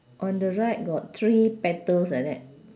on the right got three petals like that